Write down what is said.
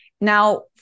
now